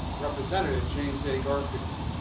representative james a. garfield.